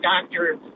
doctor